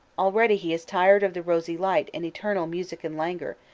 already he is tired of the rosy light and eternal music and languor,